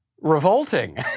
revolting